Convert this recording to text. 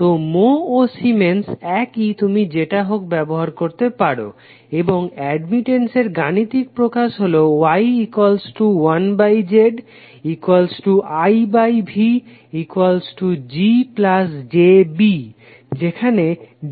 তো মো ও সিমেন্স একই তুমি যেটা হোক ব্যবহার করতে পারো এবং অ্যাডমিটেন্স এর গাণিতিক প্রকাশ হলো 1ZIVGjB যেখানে